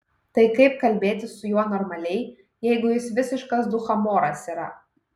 tai kaip kalbėtis su juo normaliai jeigu jis visiškas dūchamoras yra